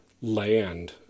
land